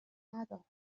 ندارم